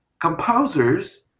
composers